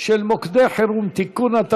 של מוקדי חירום (תיקון),